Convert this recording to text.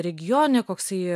regione kokai